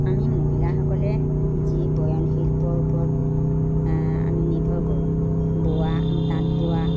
আমি মহিলাসকলে যি বয়নশিল্পৰ ওপৰত আমি নিৰ্ভৰ কৰোঁ বোৱা তাঁত বোৱা